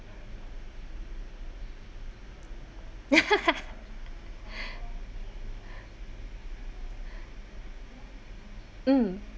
mm